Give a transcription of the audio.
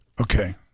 Okay